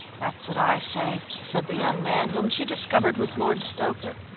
that's what i say, said the young man, whom she discovered was lord stoker.